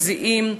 מזיעים,